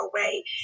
away